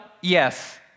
Yes